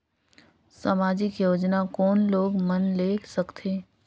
समाजिक योजना कोन लोग मन ले सकथे?